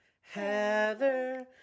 Heather